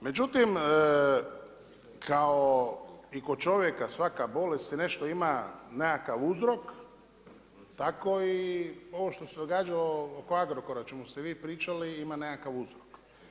Međutim kao i ko čovjeka svaka bolest nešto ima nekakav uzrok tako i ovo što se događalo oko Agrokora o čemu ste vi pričali ima nekakav uzrok.